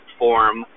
form